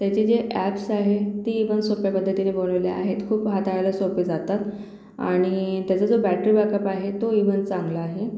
त्याचे जे ॲप्स आहे ती पण सोप्या पद्धतीने बनवले आहेत खूप हाताळायला सोपे जातात आणि त्याचा जो बॅटरी बॅकअप आहे तो इव्हन चांगला आहे